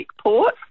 port